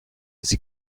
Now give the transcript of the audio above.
sie